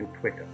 Twitter